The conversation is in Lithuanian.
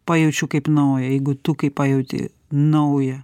pajaučiu kaip naują jeigu tu kaip pajauti naują